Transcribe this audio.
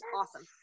awesome